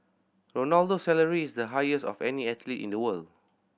Ronaldo's salary is the highest of any athlete in the world